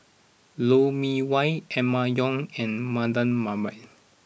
Lou Mee Wah Emma Yong and Mardan Mamat